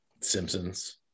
Simpsons